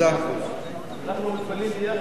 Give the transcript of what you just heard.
אנחנו מתפללים שיהיה